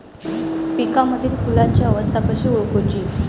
पिकांमदिल फुलांची अवस्था कशी ओळखुची?